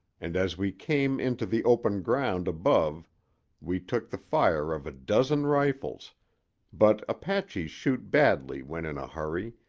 and as we came into the open ground above we took the fire of a dozen rifles but apaches shoot badly when in a hurry,